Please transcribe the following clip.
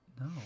No